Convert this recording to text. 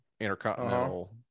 intercontinental